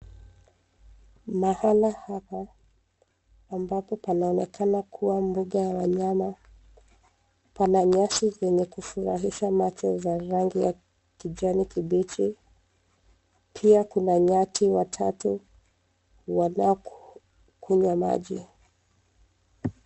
Mahali hapa ambapo panaonekana kuwa mbuga ya wanyama pana nyasi zenye kufurahisha macho za rangi ya kijani kibichi, pia kuna nyati watatu wanakunywa maji.